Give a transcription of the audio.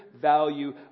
value